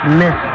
miss